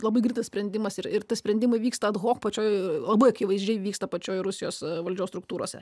labai greitas sprendimas ir ir sprendimai vyksta ad hok pačioj akivaizdžiai vyksta pačioje rusijos valdžios struktūrose